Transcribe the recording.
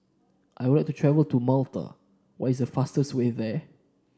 I would like to travel to Malta what is the fastest way there